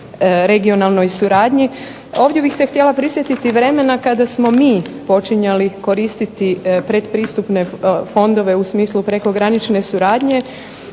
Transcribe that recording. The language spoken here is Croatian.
regionalnoj suradnji. Ovdje bih se htjela prisjetiti vremena kada smo mi počinjali koristiti predpristupne fondove u smislu prekogranične suradnje